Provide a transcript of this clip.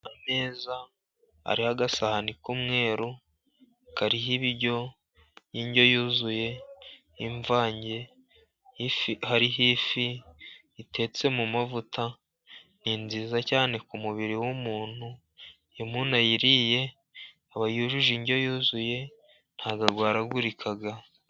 Ameza ariho agasahani k'umweru. Kariho ibiryo, indyo yuzuye. Imvange hariho ifi itetse mu mavuta. Ni nziza cyane ku mubiri w'umuntu, iyo umuntu ayiriye aba yujuje indyo yuzuye, nta bwo arwaragurika.